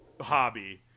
hobby